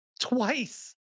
twice